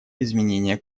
изменения